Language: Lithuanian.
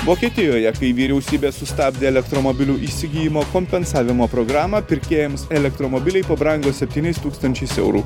vokietijoje kai vyriausybė sustabdė elektromobilių įsigijimo kompensavimo programą pirkėjams elektromobiliai pabrango septyniais tūkstančiais eurų